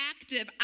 active